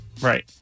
Right